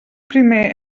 primer